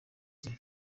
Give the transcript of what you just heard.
kwezi